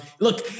Look